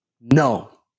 No